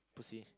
pussy